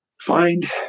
Find